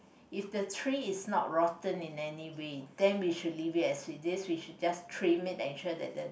if the tree is not rotten in anyway then we should leave it as it is we should just trim it ensure that the